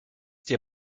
dir